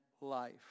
life